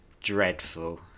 dreadful